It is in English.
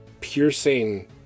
piercing